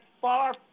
far